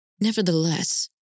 Nevertheless